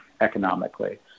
economically